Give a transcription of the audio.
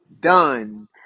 done